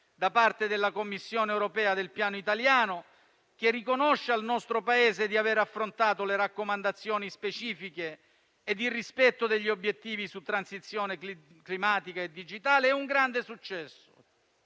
da parte della Commissione europea del Piano italiano, che riconosce al nostro Paese di aver affrontato le raccomandazioni specifiche ed il rispetto degli obiettivi su transizione climatica e digitale, è un grande successo